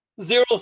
zero